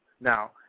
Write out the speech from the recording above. Now